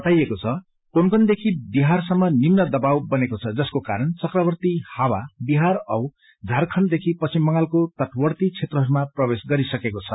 बताईएको छ कोंकणदेखि बिहारसम्म निम्न दवाब बनेको छ जसको कारण चक्रवाती हावा बिहार औ झारखण्ड देखि पश्चिम बंगालको तटवती क्षेत्रहरूमा प्रवेश गरिसकेको छ